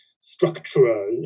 structural